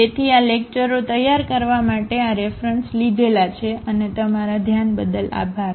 તેથી આ લેક્ચરો તૈયાર કરવા માટે આ રેફરન્સ લીધેલા છે અને તમારા ધ્યાન બદલ આભાર